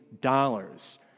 dollars